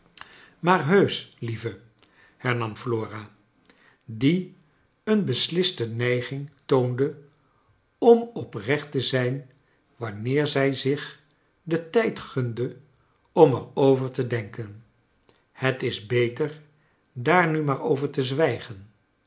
jmaar heusch lieve hernam flora die een besliste neiging toonde om oprecht te zijn wanneer zij zich den tijd gunde om er over te denken het is beter daar nu maar over te z